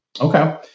Okay